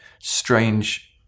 strange